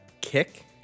Kick